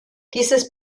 dieses